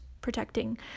protecting